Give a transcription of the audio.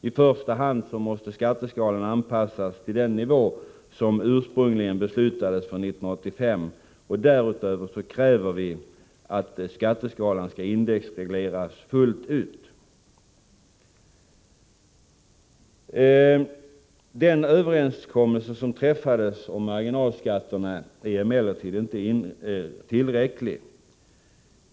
I första hand måste skatteskalan anpassas till den nivå som ursprungligen beslutades för 1985. Därutöver kräver vi att skatteskalan skall indexregleras fullt ut. Den överenskommelse som träffades om marginalskatterna är emellertid inte tillräcklig.